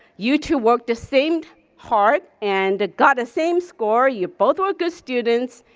you two worked the same hard and got the same score, you both were good students,